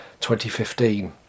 2015